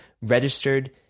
registered